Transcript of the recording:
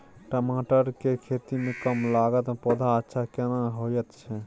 टमाटर के खेती में कम लागत में पौधा अच्छा केना होयत छै?